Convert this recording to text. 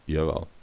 Jawel